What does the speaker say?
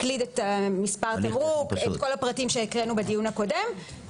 מקליד את מספר את כל הפרטים שהקראנו בדיון הקודם,